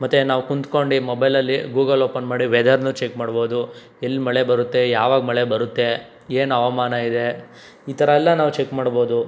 ಮತ್ತು ನಾವು ಕುಂತ್ಕೊಂಡಿ ಮೊಬೈಲಲ್ಲಿ ಗೂಗಲ್ ಓಪನ್ ಮಾಡಿ ವೆದರ್ನೂ ಚೆಕ್ ಮಾಡ್ಬೋದು ಎಲ್ಲಿ ಮಳೆ ಬರುತ್ತೆ ಯಾವಾಗ ಮಳೆ ಬರುತ್ತೆ ಏನು ಹವಾಮಾನ ಇದೆ ಈ ಥರ ಎಲ್ಲ ನಾವು ಚೆಕ್ ಮಾಡ್ಬೋದು